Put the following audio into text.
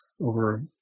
over